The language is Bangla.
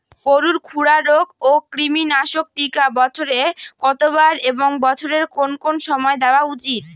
গরুর খুরা রোগ ও কৃমিনাশক টিকা বছরে কতবার এবং বছরের কোন কোন সময় দেওয়া উচিৎ?